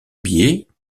billets